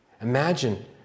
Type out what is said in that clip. Imagine